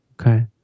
Okay